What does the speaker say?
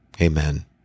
Amen